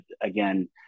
again